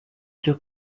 cyo